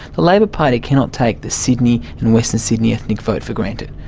the labor party cannot take the sydney and western sydney ethnic vote for granted,